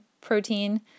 protein